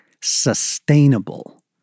sustainable